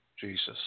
Jesus